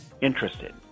interested